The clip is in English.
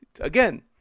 again